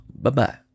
Bye-bye